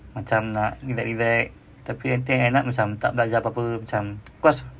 macam relax relax tapi nanti end up macam tak belajar apa-apa macam cause